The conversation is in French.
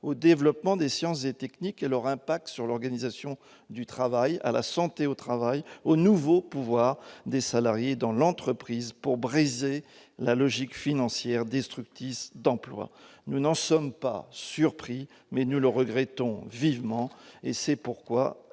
développement des sciences et techniques et à leur impact sur l'organisation du travail, à la santé au travail, aux nouveaux pouvoirs des salariés dans l'entreprise pour briser la logique financière destructrice d'emplois. Nous n'en sommes pas surpris, mais nous le regrettons vivement. Pour